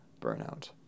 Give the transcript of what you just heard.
burnout